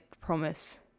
promise